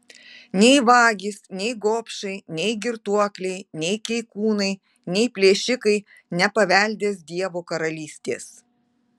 nei vagys nei gobšai nei girtuokliai nei keikūnai nei plėšikai nepaveldės dievo karalystės